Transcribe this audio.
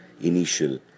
initial